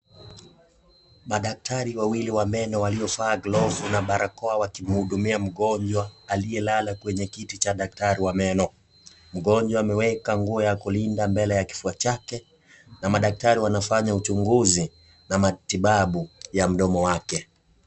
Madaktari wawili wa meno waliovaa glovu na barakoa wakimhudumia mgonjwa aliyelala kwenye kiti cha daktari wa meno. Mgonjwa ameweka nguo ya kulinda mbele ya kifua chake, na madaktari wanafanya uchunguzi, na matibabu ya mdomo wake.